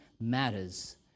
matters